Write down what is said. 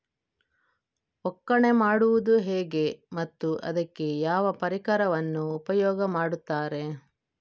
ಒಕ್ಕಣೆ ಮಾಡುವುದು ಹೇಗೆ ಮತ್ತು ಅದಕ್ಕೆ ಯಾವ ಪರಿಕರವನ್ನು ಉಪಯೋಗ ಮಾಡುತ್ತಾರೆ?